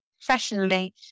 professionally